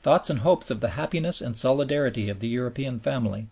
thoughts and hopes of the happiness and solidarity of the european family